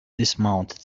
dismounted